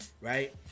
right